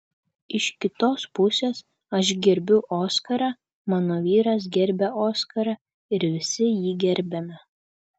iš kitos pusės aš gerbiu oskarą mano vyras gerbia oskarą ir visi jį gerbiame